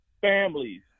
families